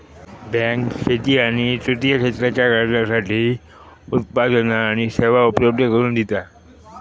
bank शेती आणि तृतीय क्षेत्राच्या गरजांसाठी उत्पादना आणि सेवा उपलब्ध करून दिता